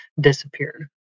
disappeared